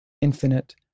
infinite